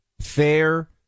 fair